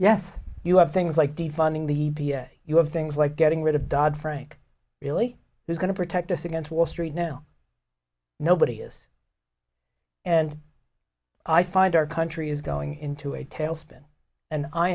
yes you have things like defunding the you have things like getting rid of dodd frank really who's going to protect us against wall street now nobody is and i find our country is going into a tailspin and i